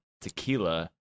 tequila